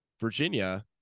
Virginia